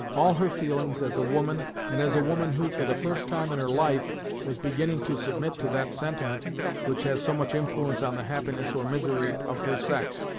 all her feelings as a woman, and as a woman who, for the first time in her life was beginning to submit to that sentiment which has so much influence on the happiness or misery of her sex,